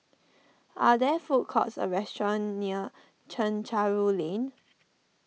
are there food courts or restaurants near Chencharu Lane